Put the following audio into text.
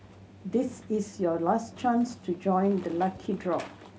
this is your last chance to join the lucky draw